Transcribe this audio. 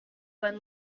when